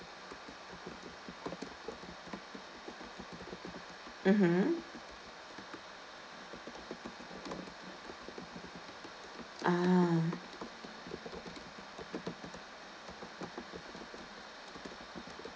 mmhmm ah